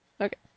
Okay